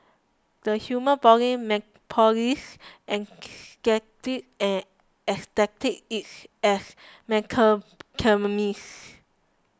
the human body met police ecstasy and ecstasy its as